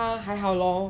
它还好 lor